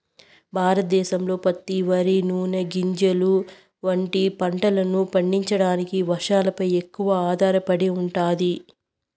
భారతదేశంలో పత్తి, వరి, నూనె గింజలు వంటి పంటలను పండించడానికి వర్షాలపై ఎక్కువగా ఆధారపడి ఉంటాది